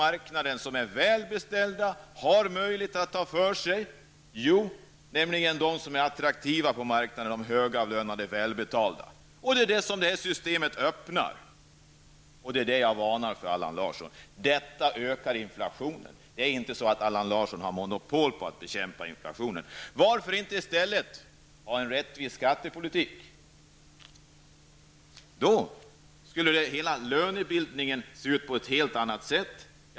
Vilka är de som är välbeställda och har möjlighet att ta för sig? Jo, det är de som är attraktiva på marknaden, de högavlönade. Det här systemet öppnar för sådana möjligheter, och det är det som jag varnar för, Allan Larsson. Detta ökar inflationen. Allan Larsson har inte monopol på att bekämpa den. Varför inte i stället föra en rättvis skattepolitik? Då skulle den totala lönebildningen se ut på ett helt annat sätt.